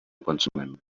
pensament